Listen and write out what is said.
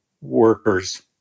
workers